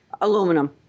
Aluminum